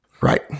Right